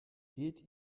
geht